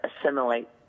assimilate